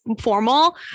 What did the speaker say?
formal